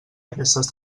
aquestes